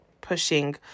pushing